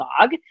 dog